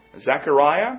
Zechariah